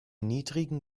niedrigen